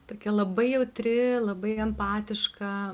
tokia labai jautri labai empatiška